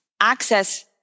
access